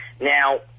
Now